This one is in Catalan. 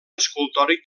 escultòric